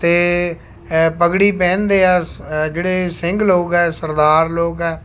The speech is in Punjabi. ਅਤੇ ਹੈ ਪੱਗੜੀ ਪਹਿਨਦੇ ਹੈ ਸ ਜਿਹੜੇ ਸਿੰਘ ਲੋਕ ਹੈ ਸਰਦਾਰ ਲੋਕ ਹੈ